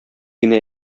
генә